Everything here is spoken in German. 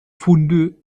funde